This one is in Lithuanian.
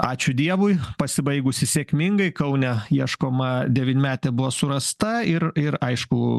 ačiū dievui pasibaigusi sėkmingai kaune ieškoma devynmetė buvo surasta ir ir aišku